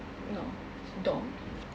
no door